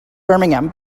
birmingham